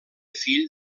fill